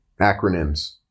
acronyms